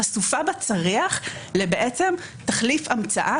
חשופה בצריח לתחליף המצאה,